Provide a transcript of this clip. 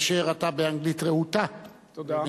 כאשר אתה, באנגלית רהוטה, תודה.